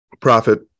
profit